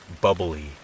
bubbly